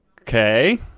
Okay